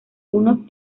unos